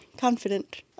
confident